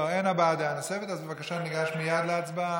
אין הבעת דעה נוספת, אז בבקשה, ניגש מייד להצבעה.